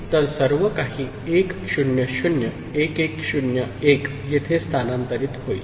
तर सर्व काही 1 0 0 1 1 0 1 येथे स्थानांतरित होईल